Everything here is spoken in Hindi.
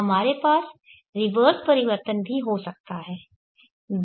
हमारे पास रिवर्स परिवर्तन भी हो सकता हैdq से αβ